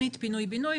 בינוי,